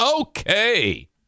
okay